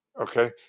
Okay